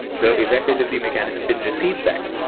the event delivery mechanism didn't receive that.